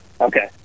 Okay